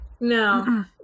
No